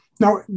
Now